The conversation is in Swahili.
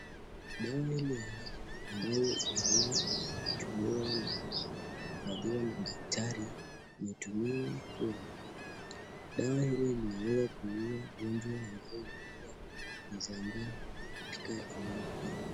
Dawa hili ambayo imeweza kutumiwa na kubaliwa na daktari inatumiwa kuwa dawa hili linaweza kuua ugonjwa ambayo inaweza kusambaa katika eneo hii.